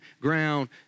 ground